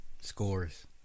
scores